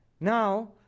Now